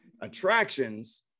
attractions